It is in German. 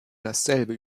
dasselbe